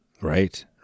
Right